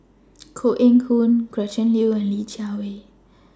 Koh Eng Hoon Gretchen Liu and Li Jiawei